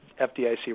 FDIC